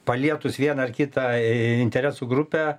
palietus vieną ar kitą interesų grupę